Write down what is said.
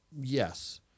Yes